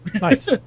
Nice